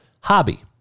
hobby